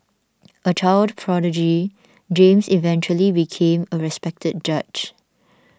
a child prodigy James eventually became a respected judge